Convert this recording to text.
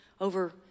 over